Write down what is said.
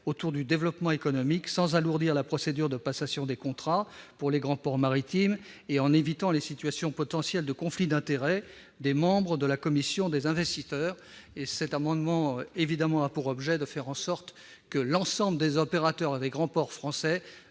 autour du développement économique, sans alourdir la procédure de passation des contrats pour les grands ports maritimes et en évitant de potentiels conflits d'intérêts pour les membres de la commission des investissements. Il s'agit évidemment de faire en sorte que l'ensemble des opérateurs des grands ports français,